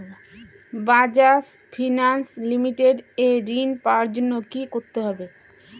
Bajaj finance limited এ ঋন পাওয়ার জন্য কি করতে হবে?